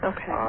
Okay